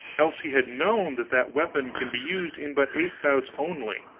else he had known that that weapon can be used in but eight bouts only,